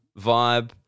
vibe